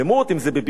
אם בביגוד,